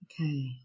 okay